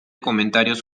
comentarios